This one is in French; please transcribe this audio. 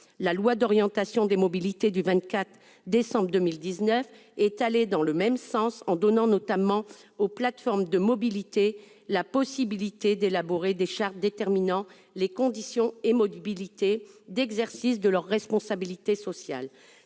La loi d'orientation des mobilités du 24 décembre 2019 est allée dans le même sens, en donnant notamment aux plateformes de mobilité la possibilité d'élaborer des chartes déterminant les conditions et les modalités d'exercice de leur responsabilité sociale.